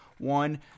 One